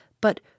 but